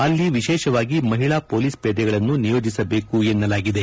ಅಲ್ಲಿ ವಿಶೇಷವಾಗಿ ಮಹಿಳಾ ಪೊಲೀಸ್ ಪೇದೆಗಳನ್ನು ನಿಯೋಜಿಸಬೇಕು ಎನ್ನಲಾಗಿದೆ